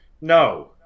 No